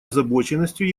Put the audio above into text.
озабоченностью